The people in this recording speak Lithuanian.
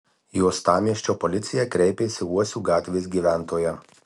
į uostamiesčio policiją kreipėsi uosių gatvės gyventoja